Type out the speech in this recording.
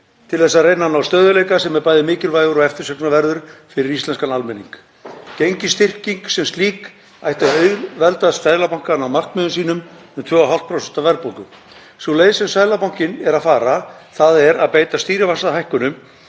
til að reyna að ná stöðugleika sem er bæði mikilvægur og eftirsóknarverður fyrir íslenskan almenning. Gengisstyrking sem slík ætti að auðvelda Seðlabankanum að ná markmiðum sínum um 2,5% verðbólgu. Sú leið sem Seðlabankinn er að fara, þ.e. að beita stýrivaxtahækkunum